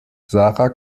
sarah